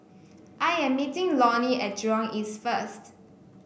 I am meeting Lonnie at Jurong East first